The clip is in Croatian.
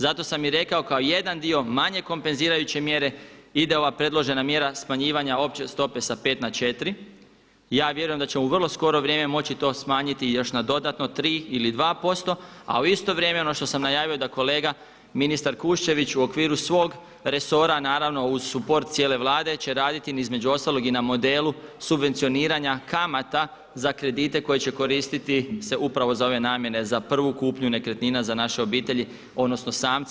Zato sam i rekao kao jedan dio manje kompenzirajuće mjere ide ova predložena mjera smanjivanja opće stope sa 5 na 4. Ja vjerujem da će u vrlo skoro vrijeme moći to smanjiti još na dodatno tri ili dva posto, a u isto vrijeme ono što sam najavio da kolega ministar Kuščević u okviru svog resora naravno uz suport cijele Vlade će raditi između ostalog i na modelu subvencioniranja kamata za kredite koje će koristiti se upravo za ove namjene za prvu kupnju nekretnina za naše obitelji odnosno samce.